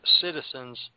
citizens